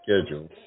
schedule